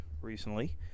recently